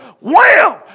Wham